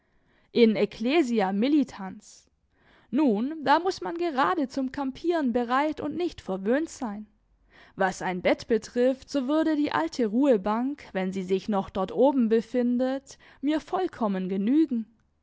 in ecclesia militans nun da muß man gerade zum kampieren bereit und nicht verwöhnt sein was ein bett betrifft so würde die alte ruhebank wenn sie sich noch dort oben befindet mir vollkommen genügen